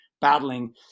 battling